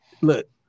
look